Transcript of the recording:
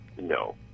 No